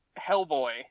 Hellboy